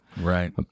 Right